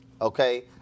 okay